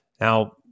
now